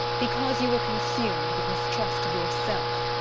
because you were consumed with mistrust of yourself.